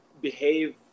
behave